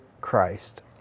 Christ